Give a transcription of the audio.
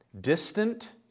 distant